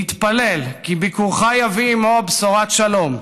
נתפלל כי ביקורך יביא עימו בשורת שלום,